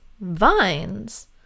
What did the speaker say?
Vines